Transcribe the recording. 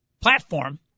platform